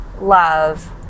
love